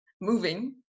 moving